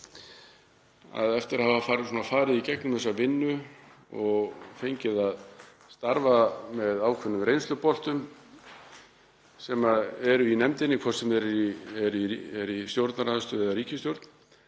það, eftir að hafa farið í gegnum þessa vinnu og fengið að starfa með ákveðnum reynsluboltum sem eru í nefndinni, hvort sem er í stjórnarandstöðu eða ríkisstjórn,